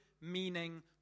meaning